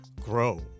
grow